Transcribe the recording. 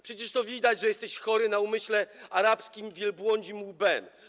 Przecież to widać, że jesteś chorym na umyśle, arabskim, wielbłądzim łbem.